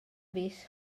fis